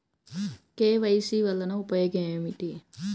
KYC వలన ఉపయోగం ఏమిటీ?